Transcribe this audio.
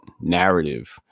narrative